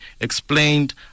explained